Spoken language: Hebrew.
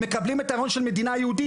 מקבלים את העול של מדינה יהודית,